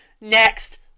next